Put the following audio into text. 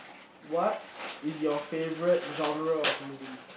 what is your favourite genre of movie